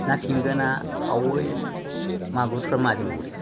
ना थेंगोना खावै मागुरफ्रा माजों अरो